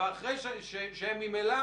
עשו לך חקירה אפידמיולוגית כן או לא?